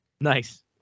Nice